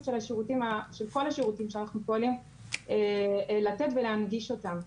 של כל השירותים שאנחנו פועלים לתת ולהנגיש אותם.